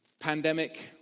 pandemic